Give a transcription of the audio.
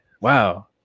wow